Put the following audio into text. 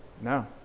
No